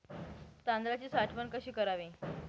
तांदळाची साठवण कशी करावी?